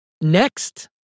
Next